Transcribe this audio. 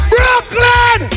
Brooklyn